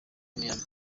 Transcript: miami